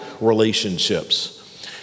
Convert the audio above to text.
relationships